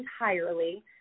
entirely